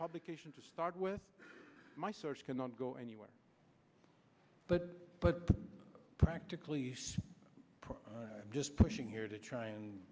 publication to start with my source cannot go anywhere but but practically just pushing here to try and